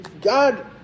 God